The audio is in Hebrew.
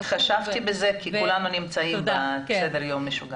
התחשבנו בזה כי כולנו נמצאים בסדר יום משוגע.